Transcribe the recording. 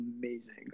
amazing